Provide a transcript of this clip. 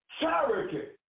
Charity